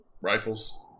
Rifles